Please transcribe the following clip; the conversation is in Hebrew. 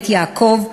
בית יעקב",